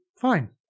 Fine